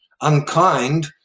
unkind